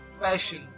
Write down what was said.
passion